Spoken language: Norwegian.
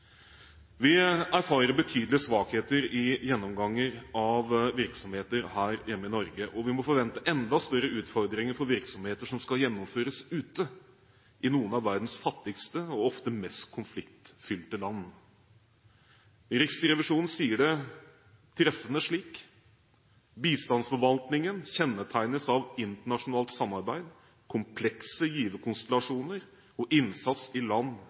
Vi erfarer betydelige svakheter i gjennomgangen av virksomheter her hjemme i Norge, og vi må forvente enda større utfordringer for virksomheter som skal gjennomføres ute, i noen av verdens fattigste og ofte mest konfliktfylte land. Riksrevisjonen sier det treffende slik: «Bistandsforvaltningen kjennetegnes av internasjonalt samarbeid, komplekse giverkonstellasjoner og innsats i land